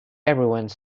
everyone